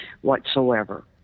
whatsoever